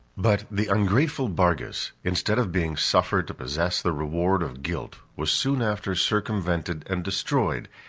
but the ungrateful bargus, instead of being suffered to possess the reward of guilt was soon after circumvented and destroyed,